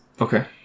Okay